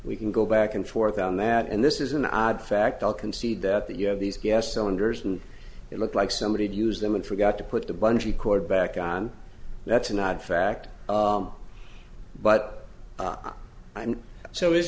we can go back and forth on that and this is an odd fact i'll concede that that you have these gas cylinders and it looked like somebody did use them and forgot to put the bungee cord back on that's an odd fact but i'm so is